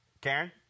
Karen